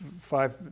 five